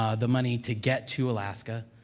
um the money to get to alaska